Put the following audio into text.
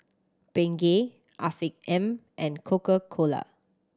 Bengay Afiq M and Coca Cola